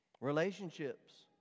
Relationships